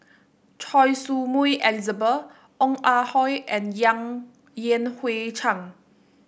Choy Su Moi Elizabeth Ong Ah Hoi and Yang Yan Hui Chang